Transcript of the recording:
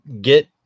get